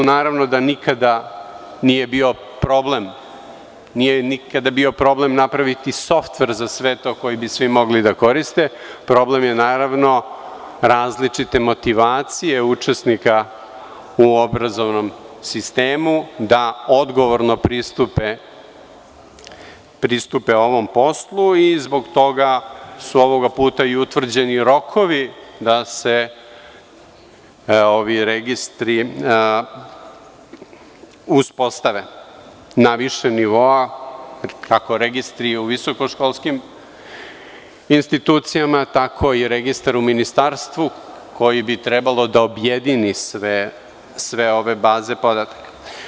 Naravno da nikada nije bio problem napraviti softver za sve to koji bi svi mogli da koriste, problem je naravno različite motivacije učesnika u obrazovnom sistemu da odgovorno pristupe ovom poslu i zbog toga su ovoga puta i utvrđeni rokovi da se ovi registri uspostave na više nivoa, kako registri u visokoškolskim institucijama, tako i registar u ministarstvu koji bi trebalo da objedini sve ove baze podataka.